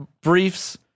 briefs